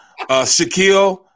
Shaquille